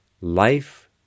Life